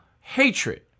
hatred